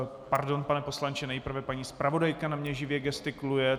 Pardon, pane poslanče, nejprve paní zpravodajka na mě živě gestikuluje.